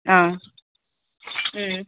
ஆ ம்